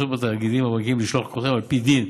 תאגידים בנקאיים לשלוח ללקוחותיהם על פי דין.